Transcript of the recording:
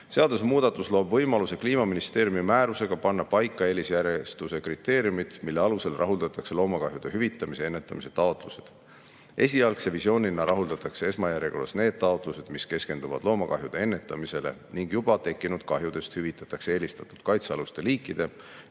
Seadusemuudatus loob võimaluse Kliimaministeeriumi määrusega panna paika eelisjärjestuse kriteeriumid, mille alusel rahuldatakse loomakahjude hüvitamise ennetamise taotlused. Esialgse visiooni kohaselt rahuldatakse esmajärjekorras need taotlused, mis keskenduvad loomakahjude ennetamisele. Juba tekkinud kahjudest hüvitataks eelistatud kaitsealuste liikide